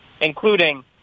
including